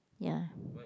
ya